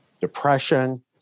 depression